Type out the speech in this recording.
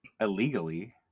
illegally